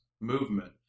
movement